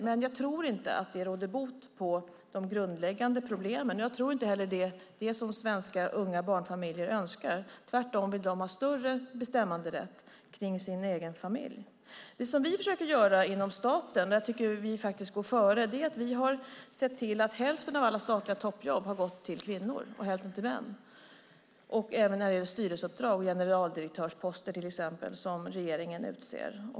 Men jag tror inte att det råder bot på de grundläggande problemen. Jag tror inte heller att det är det som svenska unga barnfamiljer önskar. Tvärtom vill de ha större bestämmanderätt kring sin egen familj. Det som vi försöker göra inom staten, och där jag tycker att vi går före, är att vi har sett till att hälften av alla statliga toppjobb har gått till kvinnor och hälften till män. Det gäller även styrelseuppdrag och till exempel generaldirektörsposter, som regeringen utser.